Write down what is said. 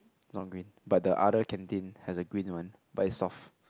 not green but the other canteen has a green one but it's soft